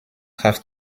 have